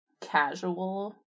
casual